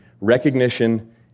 recognition